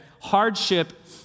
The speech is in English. Hardship